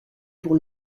pour